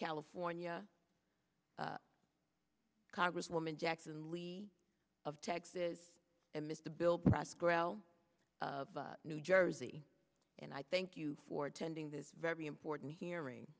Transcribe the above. california congresswoman jackson lee of texas and miss the bill press grell of new jersey and i thank you for attending this very important hearing